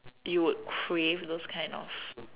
you would crave those kind of